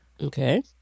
Okay